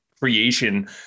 creation